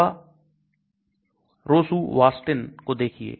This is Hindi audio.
दवा Rosuvastatin को देखिए